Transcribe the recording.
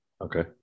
okay